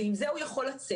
ועם זה הוא יכול לצאת.